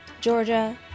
Georgia